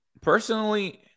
Personally